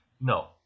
no